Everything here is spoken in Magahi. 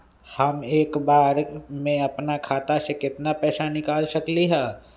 हम एक बार में अपना खाता से केतना पैसा निकाल सकली ह?